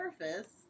surface